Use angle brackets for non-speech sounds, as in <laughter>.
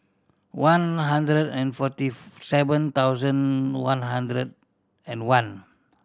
one hundred and forty <unintelligible> seven thousand one hundred and one